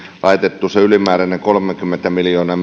laitettu se ylimääräinen kolmekymmentä miljoonaa